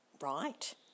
right